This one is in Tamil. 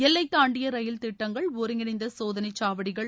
எல்லை தாண்டிய ரயில் திட்டங்கள் ஒருங்கிணைந்த சோதனை சாவடிகள்